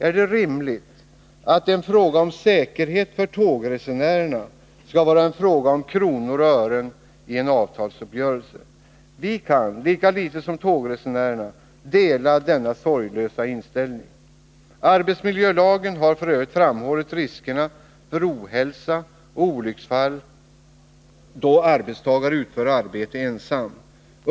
Är det rimligt att en fråga om säkerhet för tågresenärerna skall vara en fråga om kronor och ören i en avtalsuppgörelse? Vi kan lika litet som tågresenärerna dela denna sorglösa inställning. Arbetsmiljölagen har f. ö. framhållit riskerna för ohälsa och olycksfall då arbetstagare utför arbete ensam.